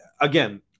again